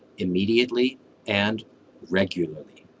immediately and regularly.